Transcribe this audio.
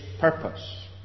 purpose